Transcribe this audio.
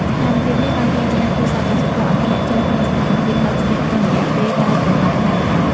ស្ថានភាពនេះបានរុញច្រានគ្រួសារកសិករឱ្យធ្លាក់ចូលក្នុងស្ថានភាពដាច់ស្បៀងក្នុងរយៈពេលតែប៉ុន្មានថ្ងៃប៉ុណ្ណោះ។